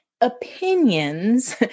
opinions